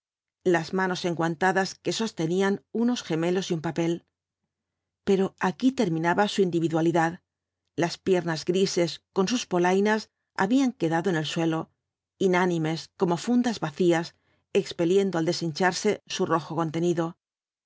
las manos enguantadas que sostenían unos gemelos y un papel pero aquí terminaba su individualidad las piernas grises con sus polainas habían quedado en el suelo inánimes como fundas vacías expeliendo al deshincharse su rojo contenido